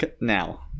now